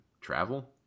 travel